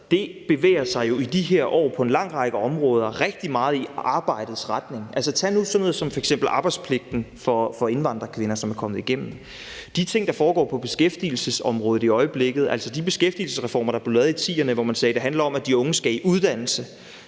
bevæger sig jo i de her år på en lang række områder rigtig meget i arbejdets retning. Tag nu f.eks. sådan noget som arbejdspligten for indvandrerkvinder, hvilket er kommet igennem. Der er de ting, der foregår på beskæftigelsesområdet i øjeblikket – altså, der var de beskæftigelsesreformer, der blev lavet i 2010'erne, hvor man sagde, at det handlede om, at de unge skulle i uddannelse,